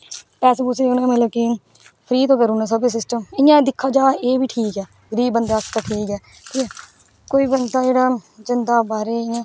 पैसे पूसे मतलव की फ्री दा करी ओड़ना सब किश सिस्टम इयां दिक्खेआ जाए एह् बी ठीक ऐ गरीब बंदै आस्तै ठीक ऐ कोई बंदा जेह्ड़ जंदा बाह्रे गी इयां